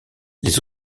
les